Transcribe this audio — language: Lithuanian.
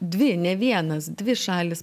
dvi ne vienas dvi šalys